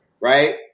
Right